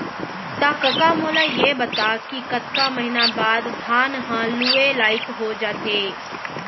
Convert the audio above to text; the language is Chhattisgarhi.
त कका मोला ये बता कि कतका महिना बाद धान ह लुए लाइक हो जाथे?